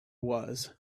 was